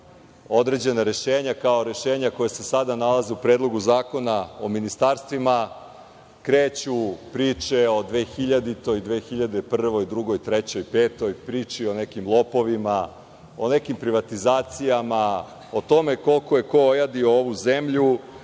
određena rešenja, kao rešenja koja se sada nalaze u Predlogu zakona o ministarstvima, kreću priče o 2000, 2001, 2002, 2003, 2005, priči o nekim lopovima, o nekim privatizacijama, o tome koliko je ko ojadio ovu zemlju